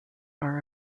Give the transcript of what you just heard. are